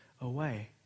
away